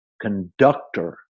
conductor